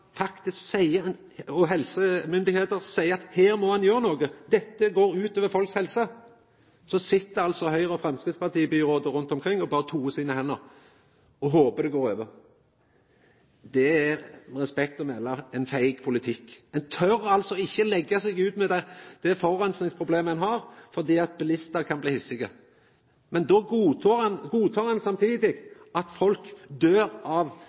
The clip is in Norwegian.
faktisk seier at her må ein gjera noko. Dette går ut over helsa til folk. Då sit altså Høgre- og Framstegsparti-byrådane rundt omkring og berre toar sine hender og håper det går over. Det er, med respekt å melda, ein feig politikk. Ein tør altså ikkje leggja seg ut med dei forureiningsproblema ein har, for bilistar kan bli hissige. Men då godtek ein samtidig at folk i verste fall døyr av